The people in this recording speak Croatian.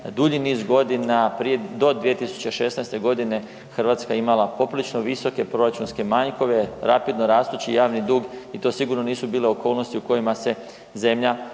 dulji niz godina, prije, do 2016.g. Hrvatska imala poprilično visoke proračunske manjkove, rapidno rastući javni dug i to sigurno nisu bile okolnosti u kojima se zemlja